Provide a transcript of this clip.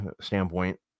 standpoint